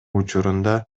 учурунда